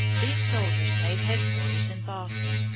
these soldiers made headquarters in boston,